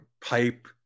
pipe